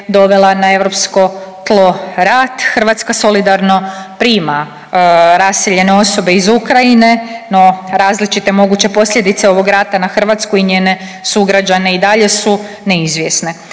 dovela na europsko tlo rat. Hrvatska solidarno prima raseljene osobe iz Ukrajine, no različite moguće posljedice ovog rata na Hrvatsku i njene sugrađane i dalje su neizvjesne.